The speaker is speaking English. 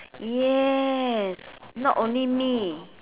yes not only me